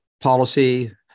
policy